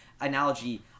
analogy